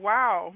Wow